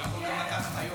הוא יכול גם לקחת היום.